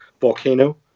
volcano